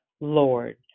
Lord